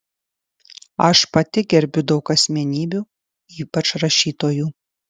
aš pati gerbiu daug asmenybių ypač rašytojų